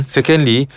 Secondly